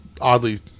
oddly